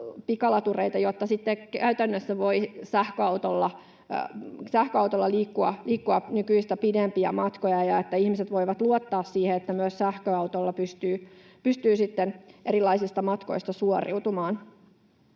pikalatureita, jotta sitten käytännössä voi sähköautolla liikkua nykyistä pidempiä matkoja ja jotta ihmiset voivat luottaa siihen, että myös sähköautolla pystyy erilaisista matkoista suoriutumaan.